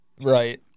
right